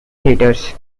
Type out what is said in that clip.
theaters